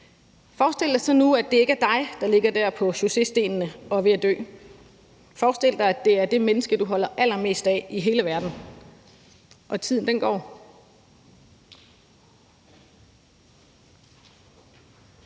Forestil dig så nu, at det ikke er dig, der ligger der på chausséstenene og er ved at dø. Forestil dig, at det er det menneske, du holder allermest af i hele verden – og tiden går.